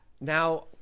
Now